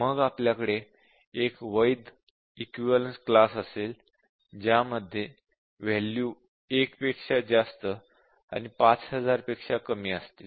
मग आपल्याकडे 1 वैध इक्विवलेन्स क्लास असेल ज्यामध्ये वॅल्यू 1 पेक्षा जास्त आणि 5000 पेक्षा कमी असतील